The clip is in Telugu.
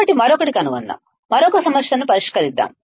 కాబట్టి మరొకటి కనుగొందాం మరొక సమస్యను పరిష్కరిద్దాం